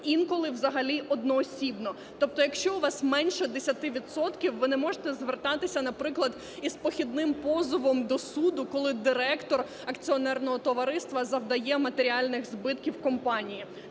інколи взагалі одноосібно. Тобто, якщо у вас менше 10 відсотків, ви не можете звертатися, наприклад, із похідним позовом до суду, коли директор акціонерного товариства завдає матеріальних збитків компанії.